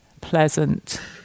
pleasant